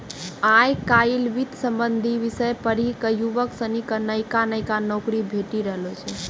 आय काइल वित्त संबंधी विषय पढ़ी क युवक सनी क नयका नयका नौकरी भेटी रहलो छै